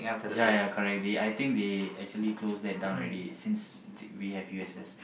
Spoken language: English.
ya ya correct they I think they actually close that down already since we have U_S_S